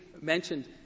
mentioned